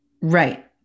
Right